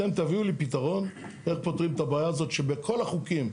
אתם תביאו לי פתרון איך פותרים את הבעיה הזאת שבכל החוקים,